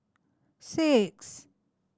six